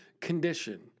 condition